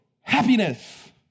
Happiness